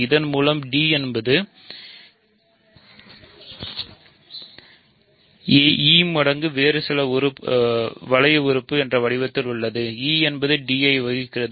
இதன் மூலம் d என்பது e மடங்கு வேறு சில வளைய உறுப்பு என்ற வடிவத்தில் உள்ளது e என்பது d ஐ வகுக்கிறது